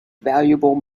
valuable